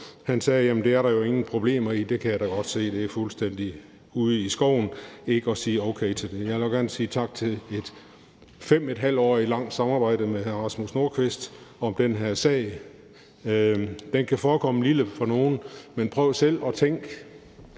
Han sagde, at jamen det er der jo ingen problemer i – jeg kan da godt se, at det er fuldstændig ude i skoven ikke at sige okay til det. Jeg vil også gerne sige tak for et 5½-årigt langt samarbejde med hr. Rasmus Nordqvist om den her sag. Den kan forekomme lille for nogle. Men prøv selv at tænke